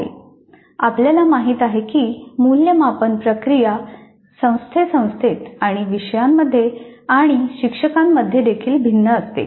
आपल्याला माहित आहे की मूल्यमापन प्रक्रिया संस्थेसंस्थेत आणि विषयांमध्ये आणि शिक्षकांमध्ये देखील भिन्न असते